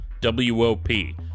W-O-P